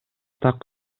так